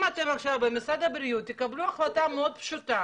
אם אתם עכשיו במשרד הבריאות תקבלו החלטה מאוד פשוטה